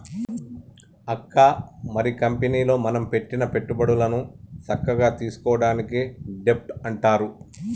అక్క మరి కంపెనీలో మనం పెట్టిన పెట్టుబడులను సక్కగా తీసుకోవడాన్ని డెబ్ట్ అంటారు